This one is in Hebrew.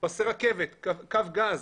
פסי רכבת, קו גז.